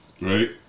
right